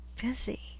busy